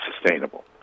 sustainable